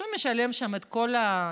הוא משלם שם את כל המיסים,